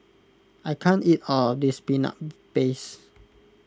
I can't eat all of this Peanut Paste